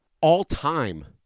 all-time